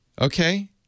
okay